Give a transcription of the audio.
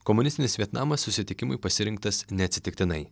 komunistinis vietnamas susitikimui pasirinktas neatsitiktinai